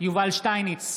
יובל שטייניץ,